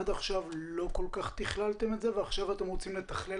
עד עכשיו לא כל כך תכללתם את זה ועכשיו אתם רוצים לתכלל